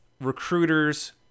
recruiters